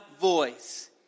voice